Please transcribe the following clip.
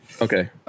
okay